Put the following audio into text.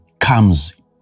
comes